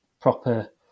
proper